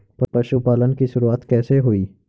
पशुपालन की शुरुआत कैसे हुई?